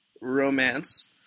romance